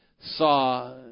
saw